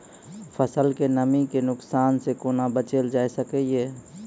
फसलक नमी के नुकसान सॅ कुना बचैल जाय सकै ये?